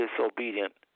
disobedient